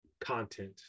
content